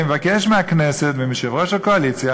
אני מבקש מהכנסת ומיושב-ראש הקואליציה